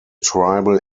tribal